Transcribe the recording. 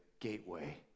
gateway